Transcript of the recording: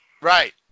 Right